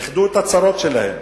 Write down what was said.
איחדו את הצרות שלהן,